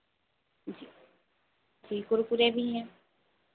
जी जी कुरकुरे भी हैं